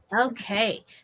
Okay